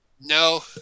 No